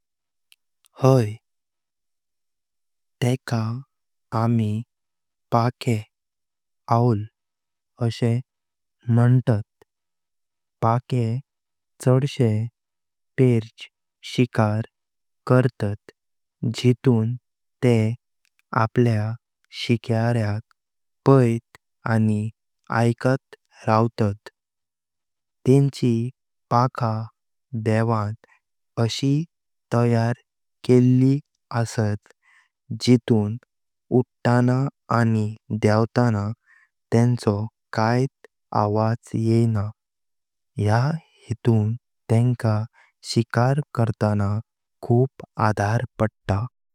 हाय, तेका आम्ही पाखे असे म्हणतात। पाखे चडशे पर्च शिकर करतात जितून तेह आपल्य शिकर्याक पायत आणि ऐकत राहतात। तेन्ची पाखा देवाण अशी तयार केली असत जितून उठण आणि देवतानो तेंचो कायत आवाज येण, या हितुन तेंका शिकर करताना खुप आदर पडता।